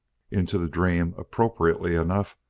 into the dream, appropriately enough,